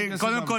קודם כול,